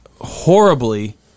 horribly